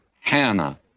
Hannah